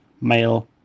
male